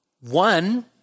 One